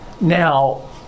Now